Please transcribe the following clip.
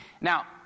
Now